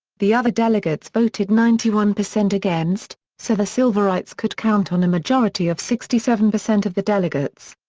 the other delegates voted ninety one percent against, so the silverites could count on a majority of sixty seven percent of the delegates.